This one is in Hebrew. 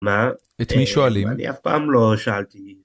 מה? את מי שואלים? אני אף פעם לא שאלתי.